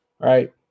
Right